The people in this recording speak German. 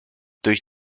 durch